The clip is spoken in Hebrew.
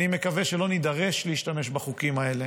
אני מקווה שלא נידרש להשתמש בחוקים האלה,